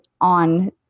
on –